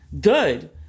good